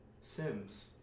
Sims